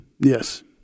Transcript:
Yes